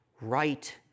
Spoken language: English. right